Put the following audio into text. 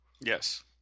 Yes